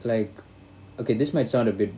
like okay this might sound a bit